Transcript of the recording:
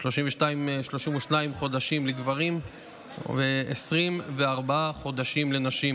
32 חודשים לגברים ו-24 חודשים לנשים,